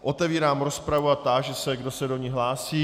Otevírám rozpravu a táži se, kdo se do ní hlásí.